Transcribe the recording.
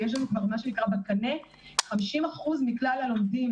ויש לנו כבר בקנה - 50% מכלל הלומדים